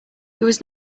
was